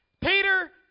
Peter